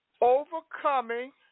Overcoming